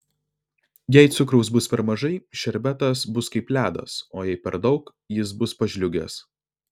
jei cukraus bus per mažai šerbetas bus kaip ledas o jei per daug jis bus pažliugęs